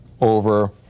over